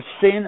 sin